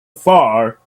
far